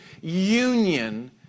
union